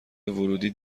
ورودی